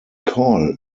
call